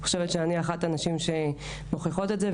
אני חושבת שאני אחת הנשים שמוכיחות את זה,